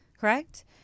Correct